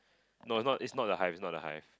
no is not is not the hive is not the hive